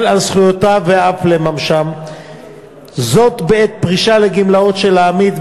על זכויותיו ואף לממשן בעת פרישה לגמלאות של העמית,